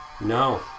No